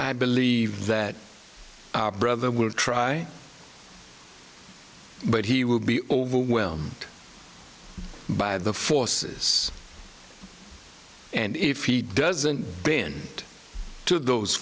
i believe that our brother will try but he will be overwhelmed by the forces and if he doesn't bend to those